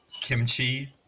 Kimchi